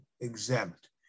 exempt